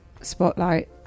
Spotlight